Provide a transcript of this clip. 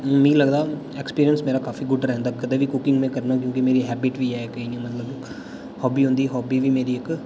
मी लगदा ऐक्सपीरियंस मेरा काफी गुड रौह्न्दा कदें बी कुकिंग करना क्योंकि मेरी हैबिट बी ऐ इक इ'यां मतलब हाबी होंदी हाबी बी मेरी इक